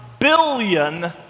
billion